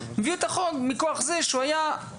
אני מביא את החוק מכוח זה שהוא היה הרב